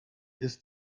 ist